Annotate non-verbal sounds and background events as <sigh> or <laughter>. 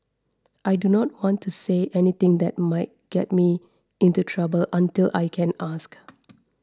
I do not want to say anything that might get me into trouble until I can ask <noise>